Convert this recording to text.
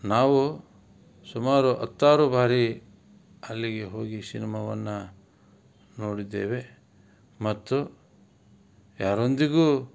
ನಾವು ಸುಮಾರು ಹತ್ತಾರು ಬಾರಿ ಅಲ್ಲಿಗೆ ಹೋಗಿ ಸಿನಿಮಾವನ್ನು ನೋಡಿದ್ದೇವೆ ಮತ್ತು ಯಾರೊಂದಿಗೂ